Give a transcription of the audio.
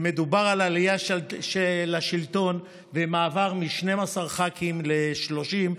ומדובר על עלייה לשלטון ומעבר מ-12 ח"כים ל-30,